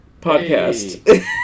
podcast